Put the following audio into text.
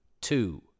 two